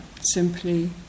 simply